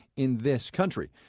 in this country.